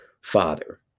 father